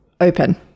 open